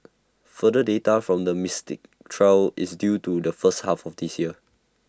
further data from the Mystic trial is due to the first half of this year